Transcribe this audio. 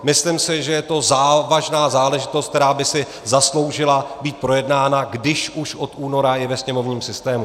Myslím si, že je to závažná záležitost, která by si zasloužila být projednána, když už je od února ve sněmovním systému.